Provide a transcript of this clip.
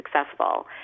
successful